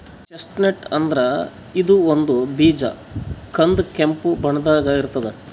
chestnut ಅಂದ್ರ ಇದು ಒಂದ್ ಬೀಜ ಕಂದ್ ಕೆಂಪ್ ಬಣ್ಣದಾಗ್ ಇರ್ತದ್